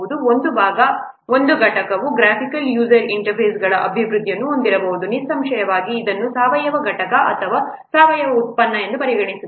ಒಂದು ಭಾಗ ಒಂದು ಘಟಕವು ಗ್ರಾಫಿಕಲ್ ಯೂಸರ್ ಇಂಟರ್ಫೇಸ್ಗಳ ಅಭಿವೃದ್ಧಿಯನ್ನು ಹೊಂದಿರಬಹುದು ನಿಸ್ಸಂಶಯವಾಗಿ ಇದನ್ನು ಸಾವಯವ ಘಟಕ ಅಥವಾ ಸಾವಯವ ಉತ್ಪನ್ನ ಎಂದು ಪರಿಗಣಿಸಲಾಗುತ್ತದೆ